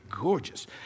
gorgeous